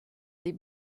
des